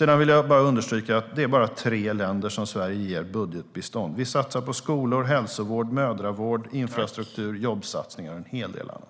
Jag vill understryka att Sverige bara ger budgetbistånd till tre länder. Vi satsar på skolor, hälsovård, mödravård, infrastruktur, jobb och en hel del annat.